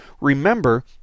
remember